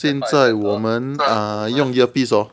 现在我们 err 用 ear piece hor